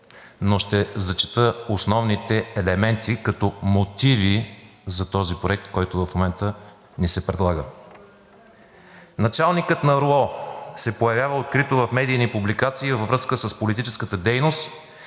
но ще зачета основните елементи като мотиви за този проект, който в момента ни се предлага. „Началникът на РУО се появява открито в медийни публикации във връзка с политическата дейност